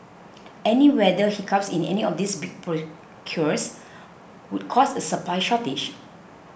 any weather hiccups in any of these big procures would cause a supply shortage